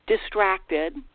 distracted